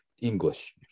English